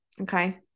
Okay